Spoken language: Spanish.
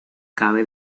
cabe